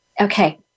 Okay